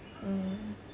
mm